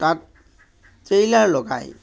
তাত ট্ৰেইলাৰ লগাই